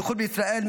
בייחוד בישראל,